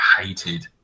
hated